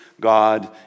God